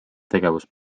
tegevust